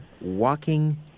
Walking